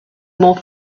more